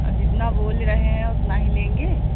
अब जितना बोल रहे हैं उतना ही लेंगे